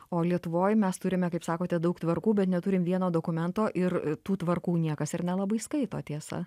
o lietuvoj mes turime kaip sakote daug tvarkų bet neturim vieno dokumento ir tų tvarkų niekas ir nelabai skaito tiesa